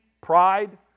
pride